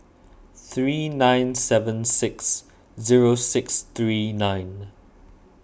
three nine seven six zero six three nine